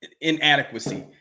inadequacy